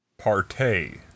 Partay